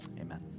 amen